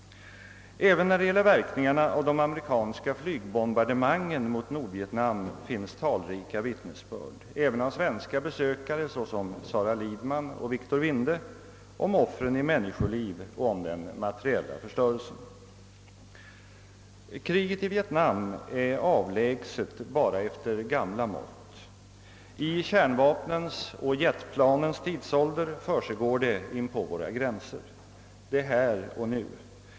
Även när det gäller verkningarna av de amerikanska flygbombardemangen mot Nordvietnam finns talrika vittnesbörd, också av svenska besökare såsom Sara Lidman och Victor Vinde, om offren i människoliv och om den materiella förstörelsen. Kriget i Vietnam är avlägset bara efter gamla mått. I kärnvapnens och jetplanens tidsålder försiggår det inpå våra gränser. Det är här och nu.